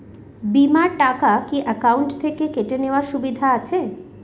বিমার টাকা কি অ্যাকাউন্ট থেকে কেটে নেওয়ার সুবিধা আছে?